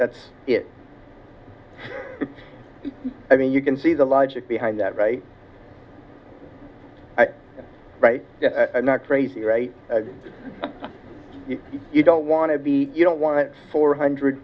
that's it i mean you can see the logic behind that right right not crazy right you don't want to be you don't want four hundred